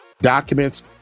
Documents